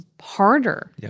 harder